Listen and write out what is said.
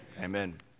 amen